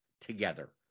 together